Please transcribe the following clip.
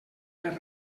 les